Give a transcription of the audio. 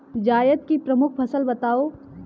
जायद की प्रमुख फसल बताओ